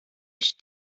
ich